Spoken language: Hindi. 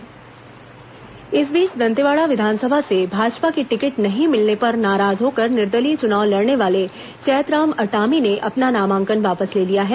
अटामी नामांकन वापस गोंगपा सूची इस बीच दंतेवाड़ा विधानसभा से भाजपा की टिकट नहीं मिलने पर नाराज होकर निर्दलीय चुनाव लड़ने वाले चैतराम अटामी ने अपना नामांकन वापस ले लिया है